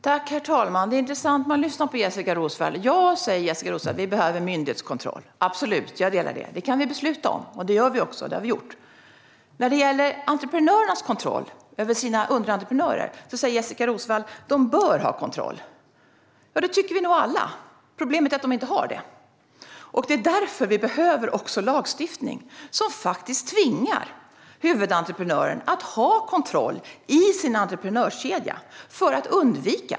Fru talman! Det är intressant att lyssna på Jessika Roswall. Ja, säger hon, vi behöver myndighetskontroll. Absolut, jag håller med om det. Det kan vi besluta om, och det gör vi också. Det har vi gjort. När det gäller entreprenörernas kontroll över sina underentreprenörer säger Jessika Roswall att de "bör" ha kontroll. Ja, det tycker vi nog alla. Problemet är att de inte har det. Det är därför vi också behöver lagstiftning som faktiskt tvingar huvudentreprenören att ha kontroll i sin entreprenörskedja.